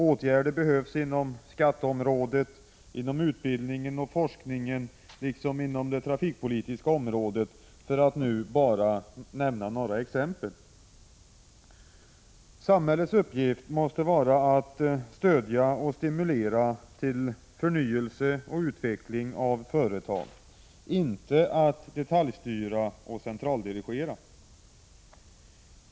Åtgärder behövs inom skatteområdet, utbildningen och forskningen liksom inom det trafikpolitiska området — för att nu bara nämna några exempel. Samhällets uppgift måste vara att stödja och stimulera till förnyelse och utveckling av företag — inte att detaljstyra och centraldirigera.